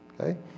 okay